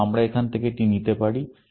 সুতরাং আমরা এখান থেকে এটি নিতে পারি